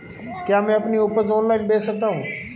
क्या मैं अपनी उपज ऑनलाइन बेच सकता हूँ?